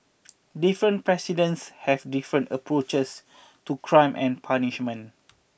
different presidents have different approaches to crime and punishment